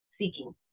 seeking